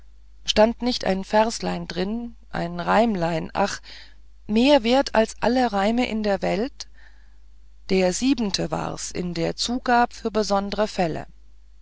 stand nicht ein verslein drin ein reimlein ach mehr wert als alle reime in der welt der siebente war's in der zugab für sondere fäll